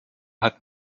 hat